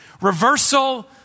reversal